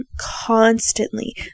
constantly